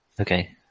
Okay